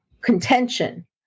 contention